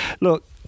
Look